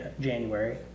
january